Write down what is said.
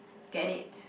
get it